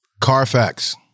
Carfax